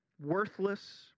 worthless